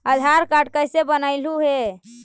आधार card कईसे बनैलहु हे?